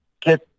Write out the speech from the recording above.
get